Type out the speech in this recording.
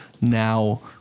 now